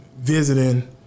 visiting